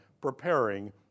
preparing